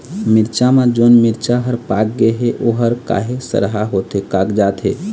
मिरचा म जोन मिरचा हर पाक गे हे ओहर काहे सरहा होथे कागजात हे?